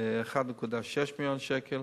1.6 מיליוני שקלים.